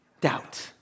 doubt